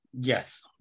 Yes